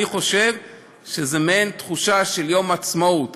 אני חושב שזו מעין תחושה של יום עצמאות.